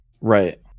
right